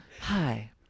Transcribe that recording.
Hi